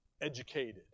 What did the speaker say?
educated